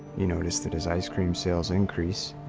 you notice that as ice cream sales increase,